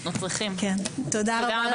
תודה רבה.